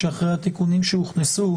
שאחרי התיקונים שהוכנסו